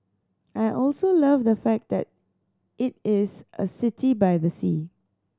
I also love the fact that it is a city by the sea